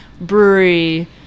brewery